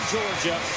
Georgia